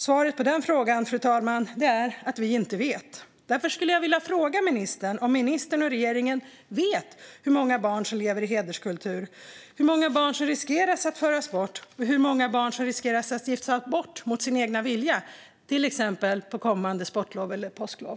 Svaret på den frågan, fru talman, är att vi inte vet. Därför skulle jag vilja fråga ministern om ministern och regeringen vet hur många barn som lever i hederskultur, hur många barn som riskerar att föras bort och hur många barn som riskerar att giftas bort mot sin vilja till exempel under kommande sportlov eller påsklov.